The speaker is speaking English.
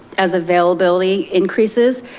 as availability increases,